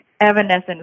evanescence